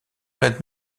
raids